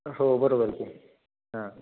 हो बरोबर हां